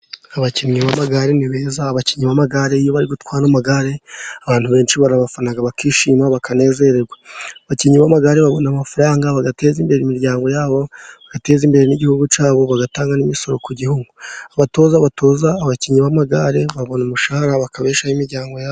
Abakinnyi b'amagare ni beza; abakinnyi b'amagare iyo bari gutwara amagare, abantu benshi barafana bakishima bakanezererwa. Abakinnyi b'amagare babona amafaranga bagateza imbere imiryango yabo, bagateza imbere n'igihugu cyabo, bagatanga n'imisoro. Ku abatoza batoza abakinnyi b'amagare babona umushahara bakabesha imiryango yabo.